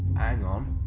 hang on.